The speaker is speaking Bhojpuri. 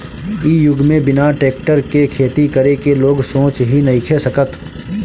इ युग में बिना टेक्टर के खेती करे के लोग सोच ही नइखे सकत